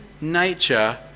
nature